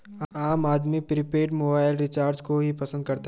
आम आदमी prepaid mobile recharge को ही पसंद करता है